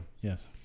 Yes